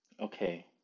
okay